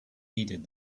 needed